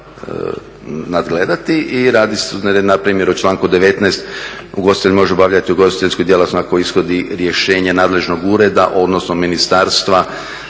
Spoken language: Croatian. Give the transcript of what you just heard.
nadgledati. I radi se o npr. o članku 19. "Ugostitelj može obavljati ugostiteljsku djelatnost ako ishodi rješenje nadležnog ureda odnosno ministarstva